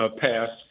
passed